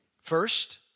First